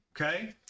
Okay